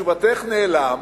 שבתשובתך נעלם,